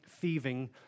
thieving